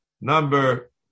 number